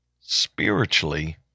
spiritually